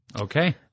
okay